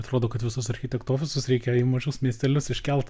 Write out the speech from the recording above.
atrodo kad visus architektų ofisus reikia į mažus miestelius iškelt